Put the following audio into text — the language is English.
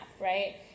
right